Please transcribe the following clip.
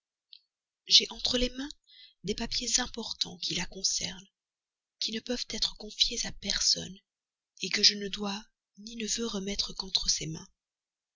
j'ai entre les mains des papiers importants qui la concernent qui ne peuvent être confiés à personne que je ne dois ni veux remettre qu'entre ses mains